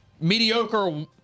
mediocre